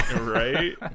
Right